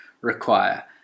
require